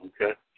okay